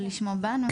שלשמו באנו,